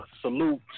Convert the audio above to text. salute